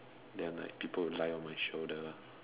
then like people will lie on my shoulder